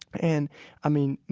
and i mean,